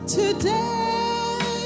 today